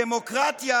בדמוקרטיה,